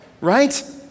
right